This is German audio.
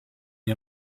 ihr